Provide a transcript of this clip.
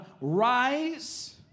rise